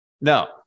No